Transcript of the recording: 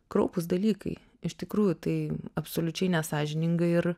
kraupūs dalykai iš tikrųjų tai absoliučiai nesąžininga ir